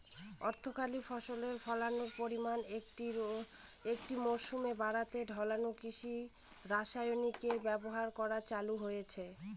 অর্থকরী ফসলের ফলনের পরিমান একটি মরসুমে বাড়াতে ঢালাও কৃষি রাসায়নিকের ব্যবহার করা চালু হয়েছে